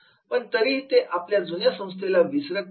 पण तरीही ते आपल्या जुन्या संस्थेला विसरत नाहीत